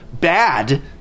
bad